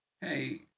Hey